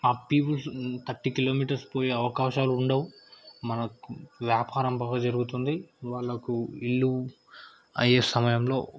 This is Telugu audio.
ఆ పీపుల్స్ థర్టీ కిలోమీటర్స్ పోయే అవకాశాలు ఉండవు మనకు వ్యాపారం బాగా జరుగుతుంది వాళ్ళకు ఇల్లు అయ్యే సమయంలో